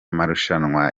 marushanwa